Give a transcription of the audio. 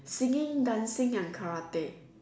singing dancing and karate